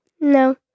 No